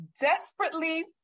desperately